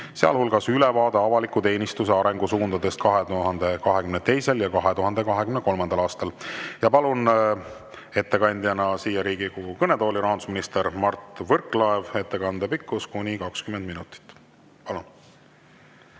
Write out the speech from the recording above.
sealhulgas ülevaade avaliku teenistuse arengusuundadest 2022. ja 2023. aastal. Palun ettekandeks siia Riigikogu kõnetooli rahandusminister Mart Võrklaeva. Ettekande pikkus on kuni 20 minutit. Palun!